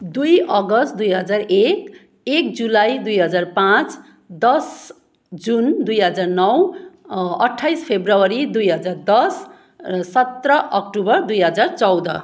दुई अगस्त दुई हजार एक एक जुलाई दुई हजार पाँच दस जुन दुई हजार नौ अठाइस फेब्रुअरी दुई हजार दस सत्र अक्टोबर दुई हजार चौध